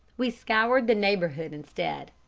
we scoured the neighbourhood instead.